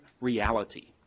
reality